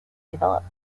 developed